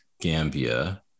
Gambia